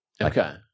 Okay